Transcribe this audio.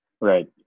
right